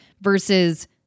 versus